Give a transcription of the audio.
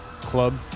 club